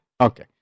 Okay